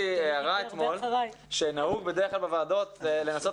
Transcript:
הערה אתמול שנהוג בדרך כלל בוועדות לנסות